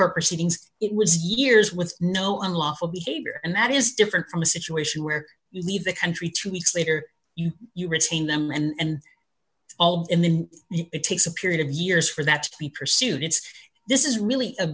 court proceedings it was years with no unlawful behavior and that is different from a situation where you leave the country two weeks later you you retain them and in the end it takes a period of years for that's to be pursued it's this is really a